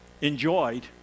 enjoyed